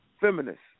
feminists